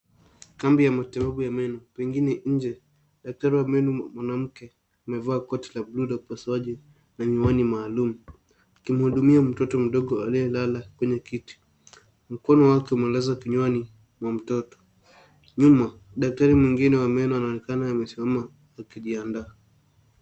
Kambi ya matibabu ya meno, pengine nje. Daktari wa meno mwanamke, amevaa koti la bluu la upasuaji na miwani maalum, akimhudumia mtoto mdogo aliyelala kwenye kiti. Mkono wake umelazwa kinywani wa mtoto. Nyuma, daktari mwingine wa meno anaonekana amesimama akijiandaa.